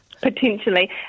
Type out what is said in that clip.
Potentially